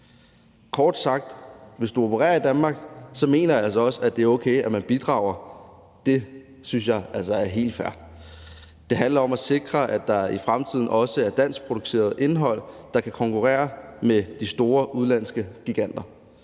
sige, at hvis du opererer i Danmark, mener jeg altså også, at det er okay, at man bidrager. Det synes jeg er helt fair. Det handler om at sikre, at der i fremtiden også er dansk produceret indhold, der kan konkurrere med de store udenlandske giganter.